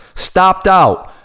stopped out,